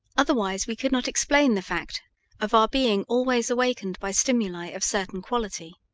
otherwise we could not explain the fact of our being always awakened by stimuli of certain quality.